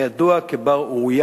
הוא היה ידוע כבר-אוריין